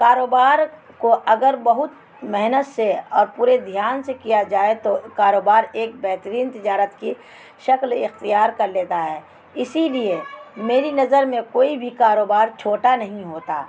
کاروبار کو اگر بہت محنت سے اور پورے دھیان سے کیا جائے تو کاروبار ایک بہترین تجارت کی شکل اختیار کر لیتا ہے اسی لیے میری نظر میں کوئی بھی کاروبار چھوٹا نہیں ہوتا